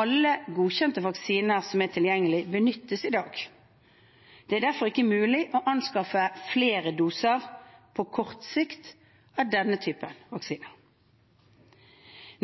Alle godkjente vaksiner som er tilgjengelige, benyttes i dag, og det er derfor ikke mulig å anskaffe flere doser på kort sikt av denne typen vaksiner.